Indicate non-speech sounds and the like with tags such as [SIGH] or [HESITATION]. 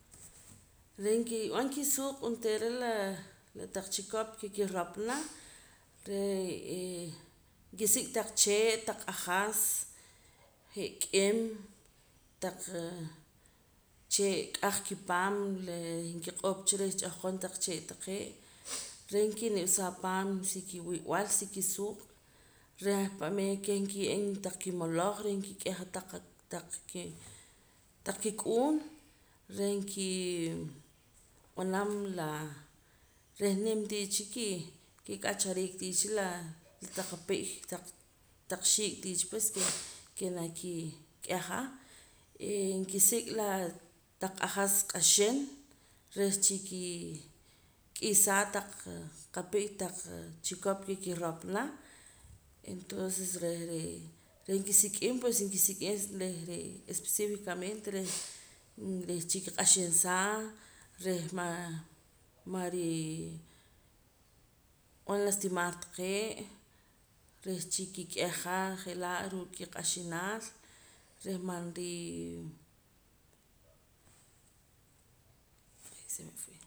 Reh nkib'an kisuuq' onteera laa la taq chikop ke ki'ropana re'ee nkisik' taq chee' taq q'ajas je' k'im taq chee' k'aj kipaam la nkiq'up cha reh ch'ahqon cha taq chee' taqee' [NOISE] reh nkiniwsaa paam si kiwib'al si kisuuq' reh pa'meer keh nkiye'em taq kimaloj reh nkik'eja taq taq ke taq kik'uun reh nkii b'anam laa reh nim tiicha kii kik'achariik tiicha la taq api'y taq xiik' tii cha pues [NOISE] ke naa kii kik'eja eeh nkisik' laa taq q'ajas q'axin reh chikii k'isaa taq api'y taq chikoq ke ki'ropana entonces reh ree' reh nkisik'im pues nkisik'im reh ree' especificamente reh reh chi'kiq'axiin saa reh man marii b'an lastimar taqee' reh chiki'k'eja je'laa' ruu' kiq'axinaal ren man rii [HESITATION]